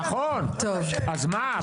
אז מה?